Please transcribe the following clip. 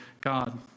God